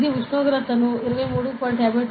ఇది ఉష్ణోగ్రత 23